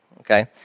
okay